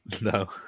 No